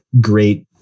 great